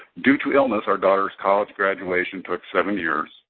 due to illness, our daughter's college graduation took seven years.